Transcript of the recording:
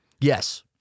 Yes